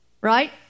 Right